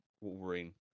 Wolverine